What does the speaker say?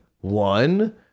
one